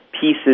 pieces